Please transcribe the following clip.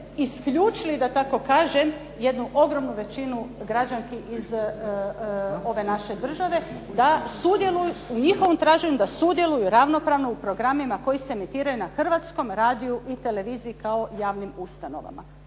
isključili da tako kažem, jednu ogromnu većinu građanki iz ove naše države da sudjeluju, u njihovom traženju da sudjeluju ravnopravno u programima koji se emitiraju na Hrvatskom radiju i televiziji kao javnim ustanovama.